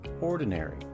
ordinary